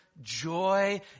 joy